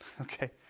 okay